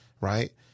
right